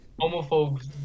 Homophobes